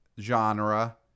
genre